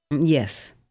Yes